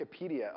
Wikipedia